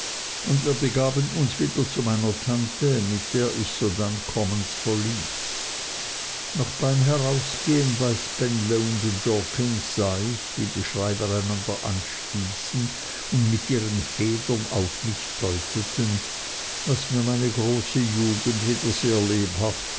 und wir begaben uns wieder zu meiner tante mit der ich sodann commons verließ noch beim herausgehen bei spenlow jorkins sah ich wie die schreiber einander anstießen und mit ihren federn auf mich deuteten was mir meine große jugend wieder sehr lebhaft